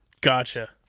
Gotcha